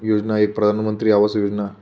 योजना एक प्रधानमंत्री आवास योजना